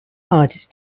hardest